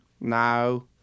No